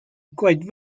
quite